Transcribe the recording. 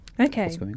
Okay